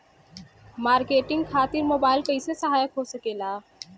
Marketing खातिर mobile कइसे सहायक हो सकेला?